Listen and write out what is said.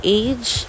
age